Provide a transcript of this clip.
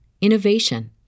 innovation